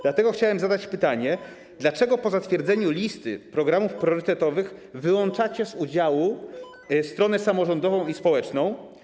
Dlatego chciałem zadać pytanie: Dlaczego po zatwierdzeniu listy programów priorytetowych wyłączacie z udziału stronę samorządową i społeczną?